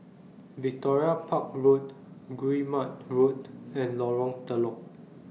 Victoria Park Road Guillemard Road and Lorong Telok